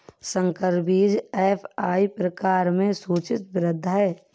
संकर बीज एफ.आई प्रकार में सूचीबद्ध है